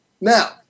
now